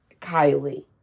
Kylie